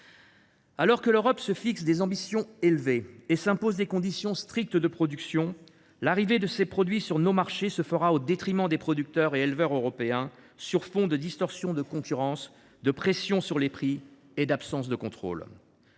Alors que l’Europe se fixe des ambitions élevées et s’impose des conditions strictes de production, l’arrivée de ces produits sur nos marchés se fera au détriment des producteurs et éleveurs européens sur fond de distorsion de concurrence, de pression sur les prix et d’absence de contrôle.